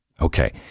okay